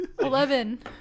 Eleven